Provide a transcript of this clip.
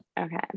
okay